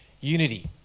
unity